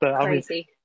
Crazy